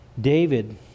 David